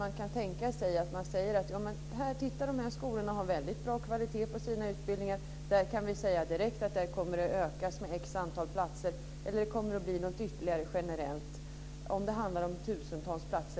Kan man tänka sig att säga att dessa skolor har hög kvalitet på utbildningarna och där kommer det att öka med x platser, eller kommer det att sägas något generellt om tusentals platser?